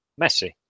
Messi